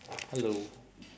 hello